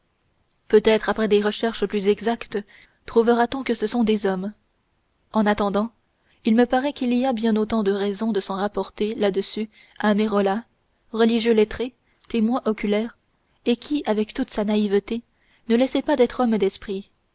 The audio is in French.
peut-être après des recherches plus exactes trouvera-t-on que ce sont des hommes en attendant il me paraît qu'il y a bien autant de raison de s'en rapporter là-dessus à merolla religieux lettré témoin oculaire et qui avec toute sa naïveté ne laissait pas d'être homme d'esprit